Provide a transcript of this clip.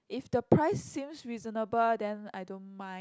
if the price seems reasonable then I don't mind